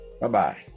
bye-bye